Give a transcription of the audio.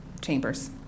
chambers